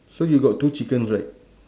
so you got two chickens right